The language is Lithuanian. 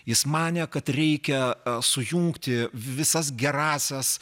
jis manė kad reikia sujungti visas gerąsias